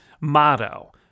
Motto